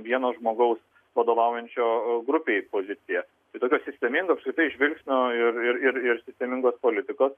vieno žmogaus vadovaujančio grupei pozicija tai tokio sistemingo apskritai žvilgsnio ir ir ir sistemingos politikos